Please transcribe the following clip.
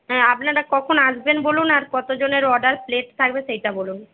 হ্যাঁ আপনারা কখন আসবেন বলুন আর কত জনের অর্ডার প্লেট থাকবে সেইটা বলুন